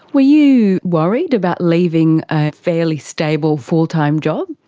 were you worried about leaving a fairly stable full-time job?